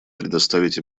предоставить